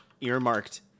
earmarked